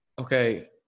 okay